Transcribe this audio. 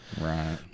Right